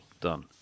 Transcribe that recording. done